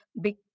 big